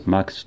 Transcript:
Max